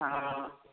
हॅं